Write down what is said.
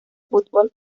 fútbol